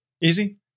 easy